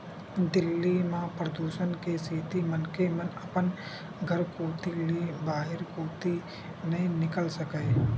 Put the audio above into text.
दिल्ली म परदूसन के सेती मनखे मन अपन घर कोती ले बाहिर कोती नइ निकल सकय